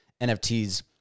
NFTs